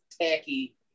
tacky